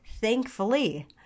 thankfully